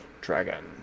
dragon